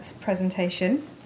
presentation